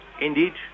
Indeed